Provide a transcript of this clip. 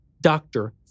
Doctor